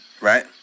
right